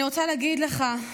אני רוצה להגיד לך,